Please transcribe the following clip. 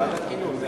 ועדת חינוך.